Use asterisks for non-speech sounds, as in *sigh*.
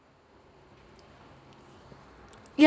*noise* yeah